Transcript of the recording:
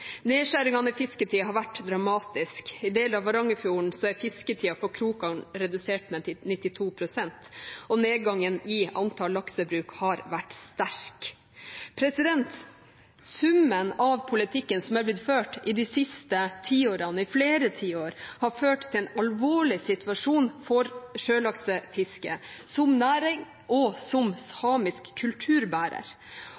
Nedskjæringene i fisketiden har vært dramatisk. I deler av Varangerfjorden er fisketiden for krokgarn redusert med 92 pst., og nedgangen i antall laksebruk har vært sterk. Summen av politikken som er blitt ført i de siste tiårene – i flere tiår – har ført til en alvorlig situasjon for sjølaksefisket, som næring og som